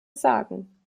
sagen